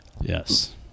Yes